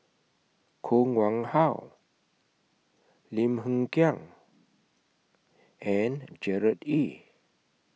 Koh Nguang How Lim Hng Kiang and Gerard Ee